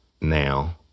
Now